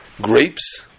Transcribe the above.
Grapes